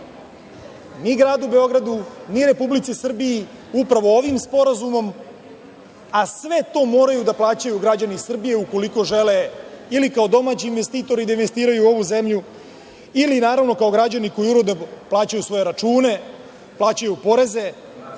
ni gradu Beogradu, ni Republici Srbiji upravo ovim sporazumom, a sve to moraju da plaćaju građani Srbije u koliko žele, kao domaći investitori, da investiraju u ovu zemlju ili kao građani koji uredno plaćaju svoje račune, plaćaju poreze